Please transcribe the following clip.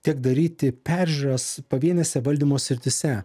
tiek daryti peržiūras pavienėse valdymo srityse